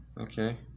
Okay